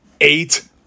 Eight